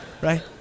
Right